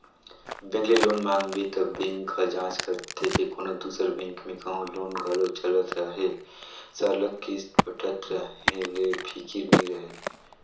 bank ले loan मांगबे त बेंक ह जांच करथे के कोनो दूसर बेंक में कहों लोन घलो चलत अहे सरलग किस्त पटत रहें ले फिकिर नी रहे